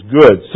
good